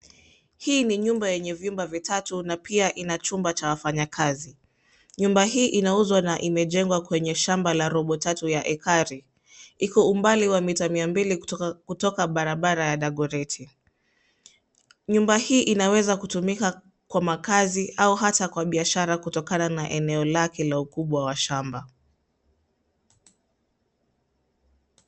Hii ni nyumba yenye vyumba vitatu na pia ina chumba cha wafanyakazi. Nyumba hii inauzwa na imejengwa kwenye shamba la robo tatu ya hekari. Iko umbali wa mita mia mbili kutoka barabara ya Dagoreti. Nyumba hii inaweza kutumika kwa makazi au hata kwa biashara kutokana na eneo lake la ukubwa wa shamba.